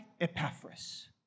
Epaphras